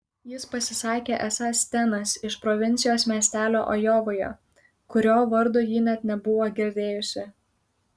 jis pasisakė esąs stenas iš provincijos miestelio ajovoje kurio vardo ji net nebuvo girdėjusi